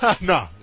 No